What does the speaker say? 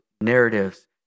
narratives